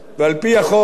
ועל-פי החוק,